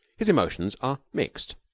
his emotions are mixed.